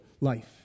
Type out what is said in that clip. life